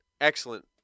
excellent